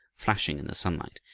flashing in the sunlight,